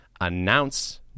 announce